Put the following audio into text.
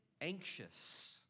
anxious